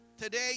today